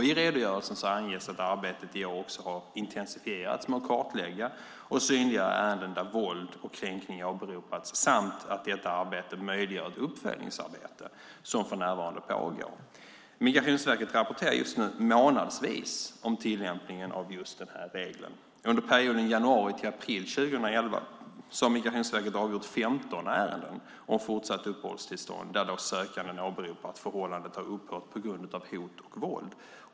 I redogörelsen anges att arbetet har intensifierats med att kartlägga och synliggöra ärenden där våld och kränkningar har åberopas samt att detta arbete möjliggör ett uppföljningsarbete som för närvarande pågår. Migrationsverket rapporterar nu månadsvis om tillämpningen av just den här regeln. Under perioden januari till april 2011 har Migrationsverket avgjort 15 ärenden om fortsatt uppehållsstånd där sökande har uppgett att förhållandet har upphört på grund av hot och våld.